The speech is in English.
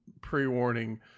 pre-warning